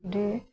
ᱟᱹᱰᱤ